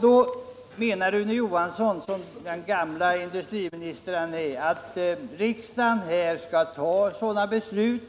Då menar Rune Johansson, som den gamle industriminister han är, att riksdagen skall fatta beslut